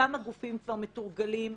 אותם גופים כבר מתורגלים,